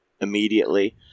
immediately